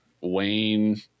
Wayne